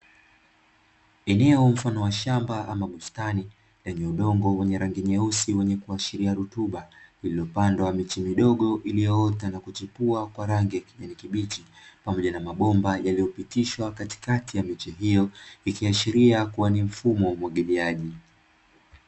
Eneo mfano wa shamba ama bustani, lenye udongo wenye rangi nyeusi wenye kuashiria rutuba, lililopandwa miche midogo iliyoota na kuchipua kwa rangi ya kijani kibichi, pamoja na mabomba yaliyopitishwa katikati ya miche hiyo; ikiashiria kuwa ni mfumo wa umwagiliaji.